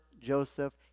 Joseph